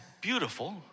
beautiful